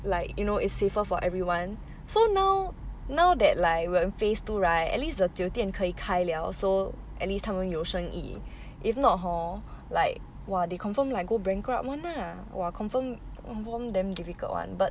like you know is safer for everyone so now now that like we are in phase two right at least the 酒店可以开了 so at least 他们有生意 if not hor like !wah! they confirm like go bankrupt [one] lah !wah! confirm confirm damn difficult [one] but